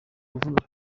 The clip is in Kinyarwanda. kuvuga